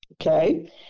okay